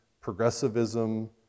progressivism